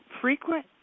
frequent